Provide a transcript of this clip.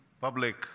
public